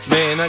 Man